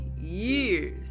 years